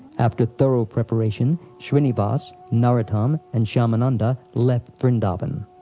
after thorough preparation, shrinivas, narottam, and shyamananda left vrindavan.